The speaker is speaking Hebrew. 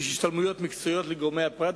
יש השתלמויות מקצועיות לגורמי הפרט,